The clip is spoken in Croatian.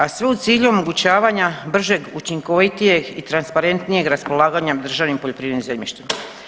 A sve u cilju omogućavanja bržeg, učinkovitijeg i transparentnijeg raspolaganja državnim poljoprivrednim zemljištima.